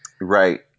Right